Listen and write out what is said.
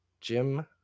Jim